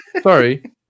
sorry